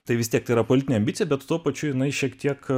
tai vis tiek yra politinė ambicija bet tuo pačiu jinai šiek tiek